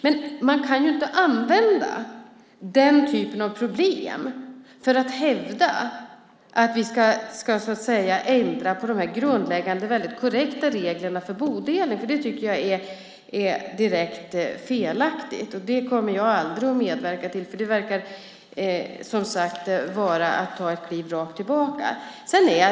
Men man kan inte använda den typen av problem för att hävda att vi ska ändra på de grundläggande korrekta reglerna för bodelning. Det tycker jag är direkt felaktigt, och det kommer jag aldrig att medverka till eftersom det verkar vara att ta ett kliv rakt tillbaka.